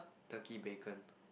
Turkey bacon